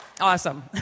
Awesome